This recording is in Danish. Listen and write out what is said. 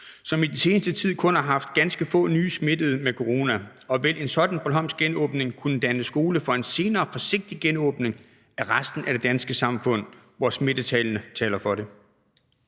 som i den seneste tid kun har haft ganske få nye smittede med corona, og vil en sådan bornholmsk genåbning kunne danne skole for en senere forsigtig genåbning af resten af det danske samfund, hvor smittetallene taler for det?